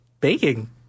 baking